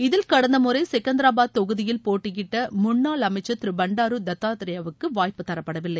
இதில் கடந்த முறை செகந்தராபாத் தொகுதியில் போட்டியிட்ட முன்னாள் அமைச்சர் திரு பண்டாரு தத்தாத்ரேயாவுக்கு வாய்ப்பு தரப்படவில்லை